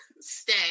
stay